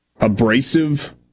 abrasive